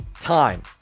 Time